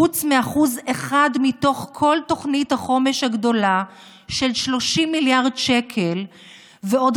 חוץ מ-1% מתוך כל תוכנית החומש הגדולה של 30 מיליארד שקל ועוד